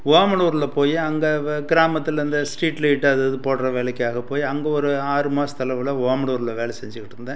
ஓமலூர்ல போய அங்க வ கிராமத்தில் அந்த ஸ்ட்ரீட் லைட் அது இது போடுற வேலைக்காக போய் அங்கே ஒரு ஆறு மாதத்து அளவில் ஓமலூர்ல வேலை செஞ்சிட்டு இருந்தேன்